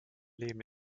leben